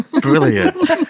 brilliant